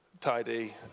tidy